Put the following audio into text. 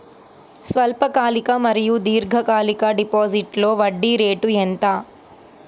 స్వల్పకాలిక మరియు దీర్ఘకాలిక డిపోజిట్స్లో వడ్డీ రేటు ఎంత?